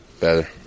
better